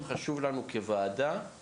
תומא, על זה אני הולך להגיש הצעת חוק,